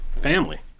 Family